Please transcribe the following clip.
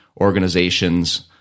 organizations